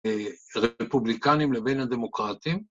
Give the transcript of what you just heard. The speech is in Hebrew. רפובליקנים לבין הדמוקרטים